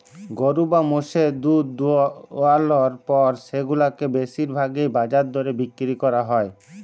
গরু বা মোষের দুহুদ দুয়ালর পর সেগুলাকে বেশির ভাগই বাজার দরে বিক্কিরি ক্যরা হ্যয়